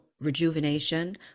rejuvenation